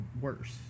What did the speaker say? worse